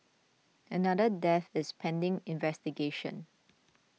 another death is pending investigation